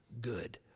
good